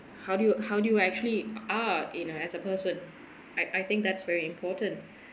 how do you how do you actually are in uh as a person I I think that's very important